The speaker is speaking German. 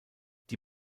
die